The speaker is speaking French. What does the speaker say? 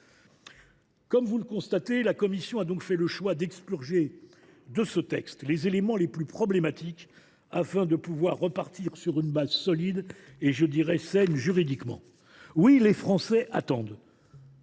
Comme vous le constatez, la commission a donc fait le choix d’expurger ce texte de ses éléments les plus problématiques, afin de repartir sur une base solide – je dirai même juridiquement saine. Oui, les Français attendent